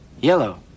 Yellow